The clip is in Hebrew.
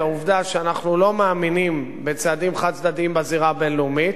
לעובדה שאנחנו לא מאמינים בצעדים חד-צדדיים בזירה הבין-לאומית,